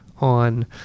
on